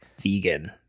vegan